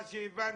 מה שהבנתי,